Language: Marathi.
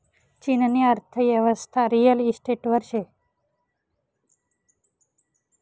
चीननी अर्थयेवस्था रिअल इशटेटवर शे